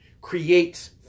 creates